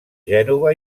gènova